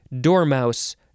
dormouse